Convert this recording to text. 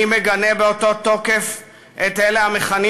אני מגנה באותו תוקף את אלה המכנים